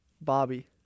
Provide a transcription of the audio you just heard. Bobby